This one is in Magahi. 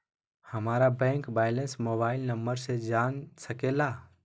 हमारा बैंक बैलेंस मोबाइल नंबर से जान सके ला?